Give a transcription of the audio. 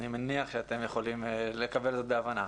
אני מניח שאתם יכולים לקבל את זה בהבנה.